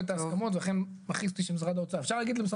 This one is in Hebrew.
את ההסכמות ולכן מכעיס אותי שמשרד האוצר -- אפשר להגיד למשרד